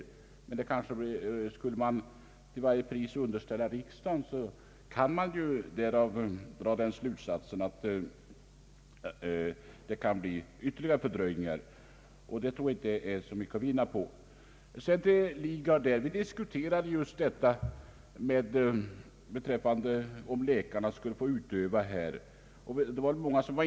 Skall den här frågan dessutom till varje pris underställas riksdagen, så kan det lätt bli ytterligare fördröjning, och det tror jag inte att det är så mycket att vinna på. Till herr Lidgard vill jag säga att vi i utskottet diskuterade om läkarna skulle få utöva privatpraktik på sjukhusen.